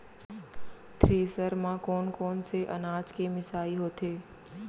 Thresher म कोन कोन से अनाज के मिसाई होथे?